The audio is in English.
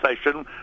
station